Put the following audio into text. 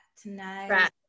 tonight